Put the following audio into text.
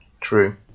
true